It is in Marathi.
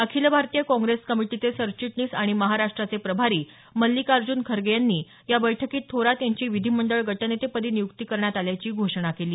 अखिल भारतीय काँग्रेस कमिटीचे सरचिटणीस आणि महाराष्ट्राचे प्रभारी मल्लिकार्जुन खर्गे यांनी या बैठकीत थोरात यांची विधीमंडळ गटनेते पदी नियुक्ती करण्यात आल्याची घोषणा केली